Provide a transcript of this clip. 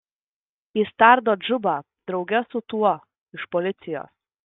jis tardo džubą drauge su tuo iš policijos